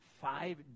five